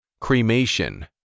Cremation